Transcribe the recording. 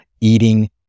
eating